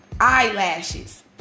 Eyelashes